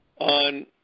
on